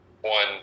one